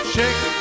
Shake